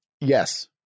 Yes